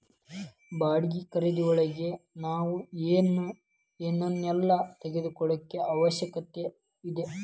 ಬಾಡ್ಗಿ ಖರಿದಿಯೊಳಗ್ ನಾವ್ ಏನ್ ಏನೇಲ್ಲಾ ತಗೊಳಿಕ್ಕೆ ಅವ್ಕಾಷದ?